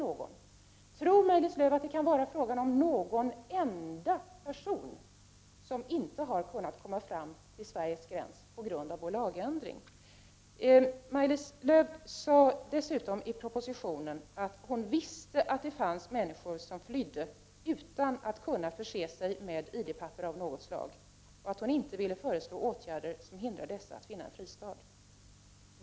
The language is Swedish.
Tror Maj-Lis Lööw att det inte är någon enda person som inte har kunnat komma till Sverige till följd av vår lagändring? I propositionen sade Maj-Lis Lööw dessutom att hon visste att det fanns människor som flydde utan att kunna förse sig med ID-handlingar av något slag och att hon inte ville föreslå åtgärder som hindrar dessa att finna en fristad.